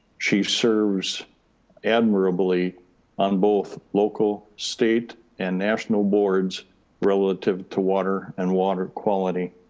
she serves admirably on both local state and national boards relative to water and water quality.